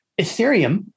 Ethereum